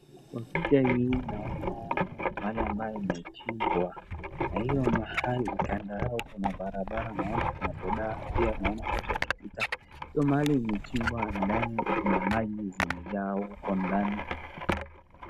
Kwa picha hii naona mahali ambayo imechimbwa na hiyo mahali kando yake kuna barabara, naoan kuna boda pia naoana kuna watu wakipita. Hiyo mahali imechimbwa ndani kuna maji zimejaa huko ndani.